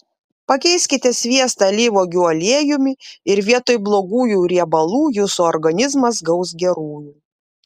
pakeiskite sviestą alyvuogių aliejumi ir vietoj blogųjų riebalų jūsų organizmas gaus gerųjų